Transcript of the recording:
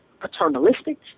paternalistic